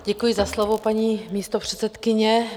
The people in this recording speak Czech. Děkuji za slovo, paní místopředsedkyně.